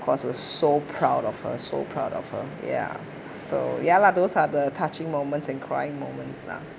course I was so proud of her so proud of her ya so ya lah those are the touching moments and crying moments lah